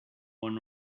one